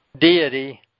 deity